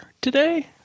today